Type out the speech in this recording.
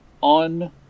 on